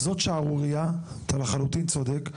זאת שערורייה, אתה לחלוטין צודק.